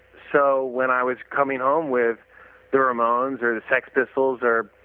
so when i was coming home with the ramones or the sex pistols or,